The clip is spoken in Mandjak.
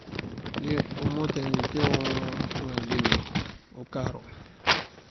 nji umota wi mpewun pëŋal dina ukaru.